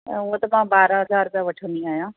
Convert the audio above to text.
त उहा त मां ॿारहां हज़ार रुपिया वठंदी आहियां